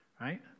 right